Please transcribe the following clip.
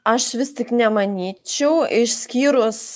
aš vis tik nemanyčiau išskyrus